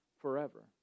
forever